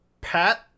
pat